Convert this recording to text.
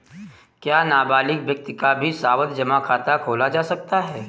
क्या नाबालिग व्यक्ति का भी सावधि जमा खाता खोला जा सकता है?